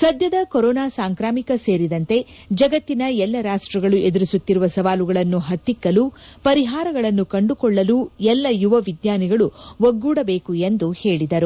ಸದ್ದದ ಕೊರೋನಾ ಸಾಂಕ್ರಾಮಿಕ ಸೇರಿದಂತೆ ಜಗತ್ತಿನ ಎಲ್ಲ ರಾಷ್ಟಗಳು ಎದುರಿಸುತ್ತಿರುವ ಸವಾಲುಗಳನ್ನು ಹತ್ತಿಕ್ಕಲು ಪರಿಹಾರಗಳನ್ನು ಕಂಡುಕೊಳ್ಳಲು ಎಲ್ಲ ಯುವ ವಿಜ್ಞಾನಿಗಳು ಒಗ್ಗೂಡಬೇಕು ಎಂದು ಅವರು ಹೇಳಿದರು